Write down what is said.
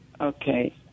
Okay